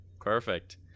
Perfect